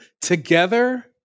Together